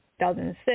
2006